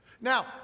Now